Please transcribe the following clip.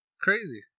crazy